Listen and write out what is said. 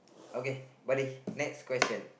okay buddy next question